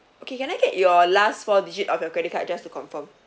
okay can I get your last four digit of your credit card just to confirm